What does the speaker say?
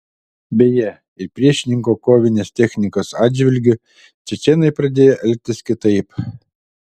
beje ir priešininko kovinės technikos atžvilgiu čečėnai pradėjo elgtis kitaip